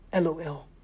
LOL